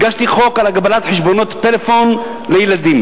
הגשתי חוק על הגבלת חשבונות פלאפון לילדים.